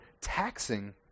taxing